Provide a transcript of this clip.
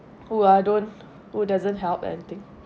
who are don't who doesn't help anything